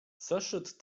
zaszedł